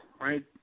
right